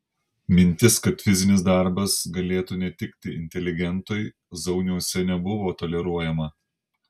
mintis kad fizinis darbas galėtų netikti inteligentui zauniuose nebuvo toleruojama